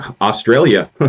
Australia